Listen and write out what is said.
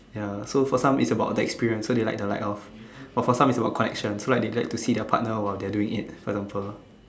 ya for some it's about the experience so they like the lights off but for some it's about the connection so like they like to see their partner while doing it for example